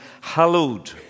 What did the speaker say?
hallowed